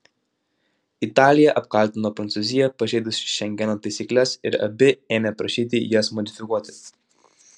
italija apkaltino prancūziją pažeidus šengeno taisykles ir abi ėmė prašyti jas modifikuoti